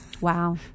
Wow